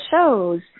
shows